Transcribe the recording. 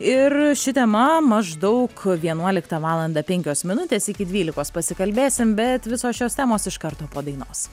ir ši tema maždaug vienuoliktą valandą penkios minutės iki dvylikos pasikalbėsim bet visos šios temos iš karto po dainos